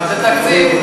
אבל תקציב,